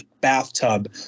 bathtub